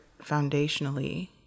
foundationally